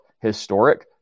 historic